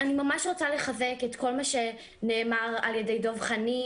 אני רוצה לחזק את כל מה שנאמר על ידי דב חנין,